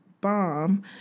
bomb